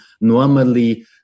normally